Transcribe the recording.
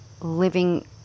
living